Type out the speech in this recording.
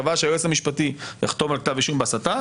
קבע שהיועץ המשפטי יחתום על כתב אישום בהסתה.